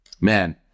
man